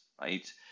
right